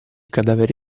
cadavere